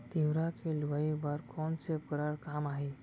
तिंवरा के लुआई बर कोन से उपकरण काम आही?